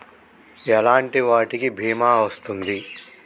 ఎలాంటి వాటికి బీమా వస్తుంది?